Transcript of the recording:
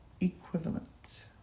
equivalent